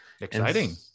Exciting